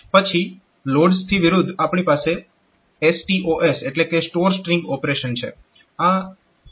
પછી LODS થી વિરુદ્ધ આપણી પાસે STOS એટલે કે સ્ટોર સ્ટ્રીંગ ઇન્સ્ટ્રક્શન છે